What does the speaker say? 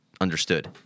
understood